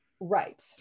Right